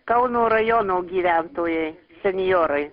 kauno rajono gyventojai senjorai